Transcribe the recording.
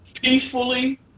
peacefully